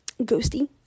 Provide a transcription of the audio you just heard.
ghosty